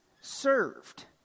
served